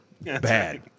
Bad